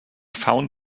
found